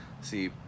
see